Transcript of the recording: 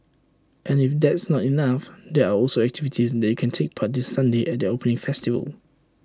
and if that's not enough there are also activities that you can take part this Sunday at their opening festival